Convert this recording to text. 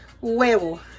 huevo